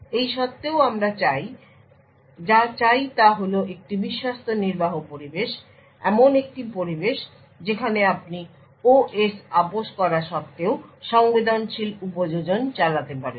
এই সত্ত্বেও আমরা যা চাই তা হল একটি বিশ্বস্ত নির্বাহ পরিবেশ এমন একটি পরিবেশ যেখানে আপনি OS আপস করা সত্ত্বেও সংবেদনশীল উপযোজন চালাতে পারেন